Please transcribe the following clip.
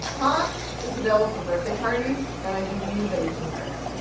tom is available for birthday parties. and i believe that you should hire him.